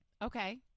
Okay